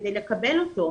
כדי לקבל אותו.